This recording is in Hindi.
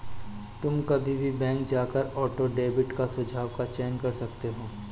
तुम कभी भी बैंक जाकर ऑटो डेबिट का सुझाव का चयन कर सकते हो